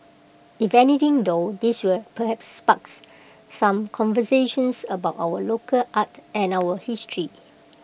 if anything though this will perhaps sparks some conversations about our local art and our history